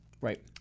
Right